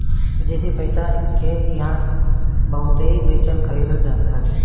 विदेशी पईसा के इहां बहुते बेचल खरीदल जात हवे